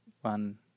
one